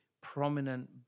prominent